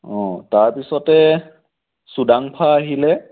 অঁ তাৰপিছতে চুডাংফা আহিলে